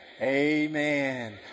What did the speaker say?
amen